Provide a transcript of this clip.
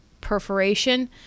perforation